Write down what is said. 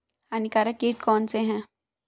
हानिकारक कीट कौन कौन से हैं?